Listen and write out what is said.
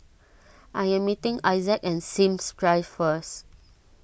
I am meeting Isaac at Sims Drive first